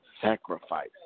sacrifice